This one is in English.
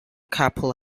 couple